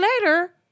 later